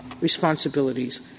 Responsibilities